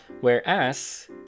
Whereas